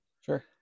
Sure